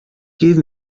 give